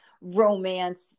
romance